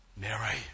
Mary